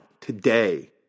today